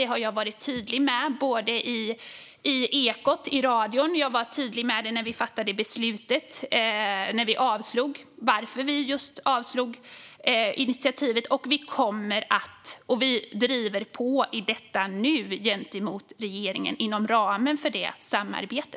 Jag har varit tydlig med både i Ekot i radion och när vi fattade beslutet varför vi avslog initiativet. Vi driver på i detta nu gentemot regeringen inom ramen för vårt samarbete.